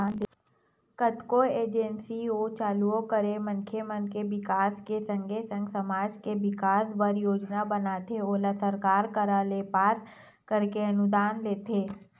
कतको एन.जी.ओ चालू करके मनखे मन के बिकास के संगे संग समाज के बिकास बर योजना बनाथे ओला सरकार करा ले पास कराके अनुदान लेथे